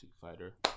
fighter